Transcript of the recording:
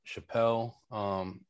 Chappelle